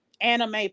anime